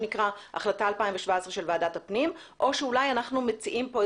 החלטה 2017 של ועדת הפנים,